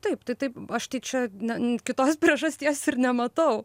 taip tai taip aš tai čia ne kitos priežasties ir nematau